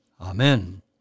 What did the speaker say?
Amen